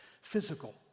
physical